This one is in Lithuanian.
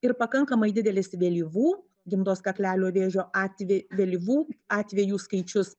ir pakankamai didelis vėlyvų gimdos kaklelio vėžio atve vėlyvų atvejų skaičius